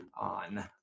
on